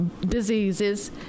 diseases